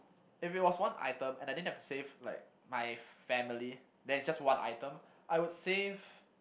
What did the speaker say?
if it was one item and I didn't have to save like my family then it's just one item I would save